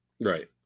right